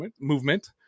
movement